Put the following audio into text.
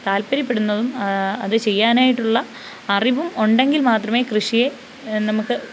താല്പര്യപ്പെടുന്നതും അത് ചെയ്യാനായിട്ടുള്ള അറിവും ഉണ്ടെങ്കിൽ മാത്രമേ കൃഷിയെ നമുക്ക്